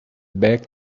back